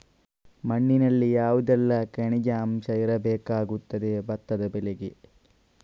ಮಣ್ಣಿನಲ್ಲಿ ಯಾವುದೆಲ್ಲ ಖನಿಜ ಅಂಶ ಇರಬೇಕಾಗುತ್ತದೆ ಭತ್ತದ ಬೆಳೆಗೆ?